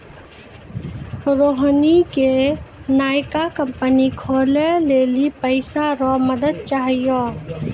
रोहिणी के नयका कंपनी खोलै लेली पैसा रो मदद चाहियो